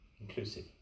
inclusive